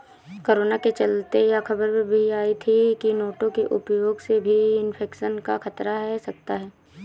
corona के चलते यह खबर भी आई थी की नोटों के उपयोग से भी इन्फेक्शन का खतरा है सकता है